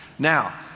Now